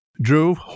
Drew